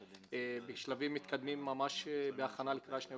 בשלבים מתקדמים ממש בהכנה לקריאה שנייה